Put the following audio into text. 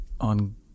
on